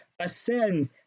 ascend